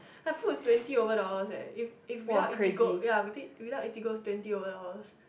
the food is twenty over dollars eh if if without Eatigo ya with~ without Eatigo is twenty over dollars